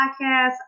Podcast